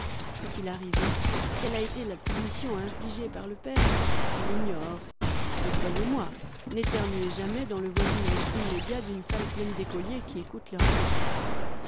ouest il arrivé quelle a été là punition infligée par le père je l'ignore mais croyez-moi n'éternuez jamais dans le voisinage immédiat d'une salle pleine d'écoliers qui écoutent leur maître